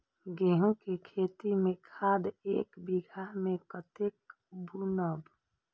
गेंहू के खेती में खाद ऐक बीघा में कते बुनब?